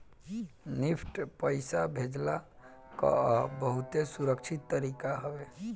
NEFT पईसा भेजला कअ बहुते सुरक्षित तरीका हवे